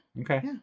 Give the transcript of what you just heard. Okay